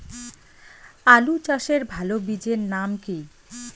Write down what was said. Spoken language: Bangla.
আলু চাষের ভালো বীজের নাম কি?